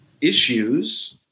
issues